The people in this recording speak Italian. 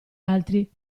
altri